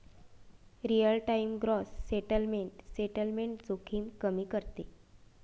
real time gross settlement settlement जोखीम कमी करते